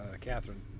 Catherine